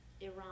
Iran